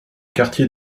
quartiers